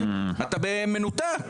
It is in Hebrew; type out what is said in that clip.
אתה מנותק.